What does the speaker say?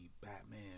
Batman